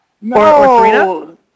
No